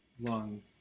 long